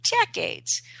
decades